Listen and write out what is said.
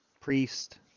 priest